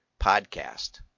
podcast